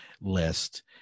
list